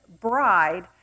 bride